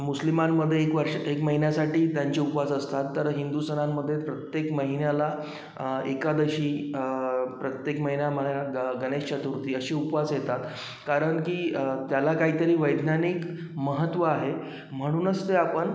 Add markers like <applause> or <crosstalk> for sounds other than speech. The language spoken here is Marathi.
मुस्लिमांमध्ये एक वर्ष एक महिन्यासाठी त्यांचे उपवास असतात तर हिंदू सणांमध्ये प्रत्येक महिन्याला एकादशी प्रत्येक महिन्यामा <unintelligible> ग गणेश चतुर्थी असे उपवास येतात कारण की त्याला काहीतरी वैज्ञानिक महत्त्व आहे म्हणूनच ते आपण